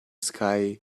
sky